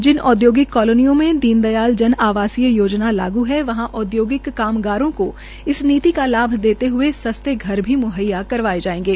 जिन औद्योगिक कालोनियों मे दीन दयाल जन आवासीय योजना लागू है वहां औद्योगिक कारागारों को इस नीति का लाभ देते हये स्स्ते घर भी मुहैया करवाये जायेंगे